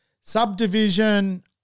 subdivision